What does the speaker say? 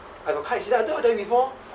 I got car accident I thought I told you before